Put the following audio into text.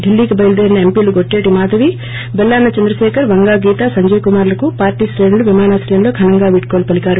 ఢిల్లీకి బయలుదేరిన ఎంపీలు గొడ్డటి మాధవి బెల్లాన చంద్రశేఖర్ వంగా గీత సంజీవ్ కుమార్లకు పార్టీ శ్రేణులు విమానాశ్రయంలో ఘనంగా వీడ్కోలు పలికారు